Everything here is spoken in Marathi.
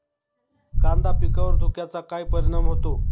कांदा पिकावर धुक्याचा काय परिणाम होतो?